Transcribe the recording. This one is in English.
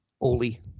Oli